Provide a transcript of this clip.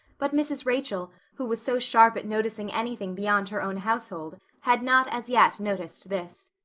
but mrs. rachel, who was so sharp at noticing anything beyond her own household, had not as yet noticed this.